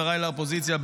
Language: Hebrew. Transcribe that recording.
חבריי מהאופוזיציה,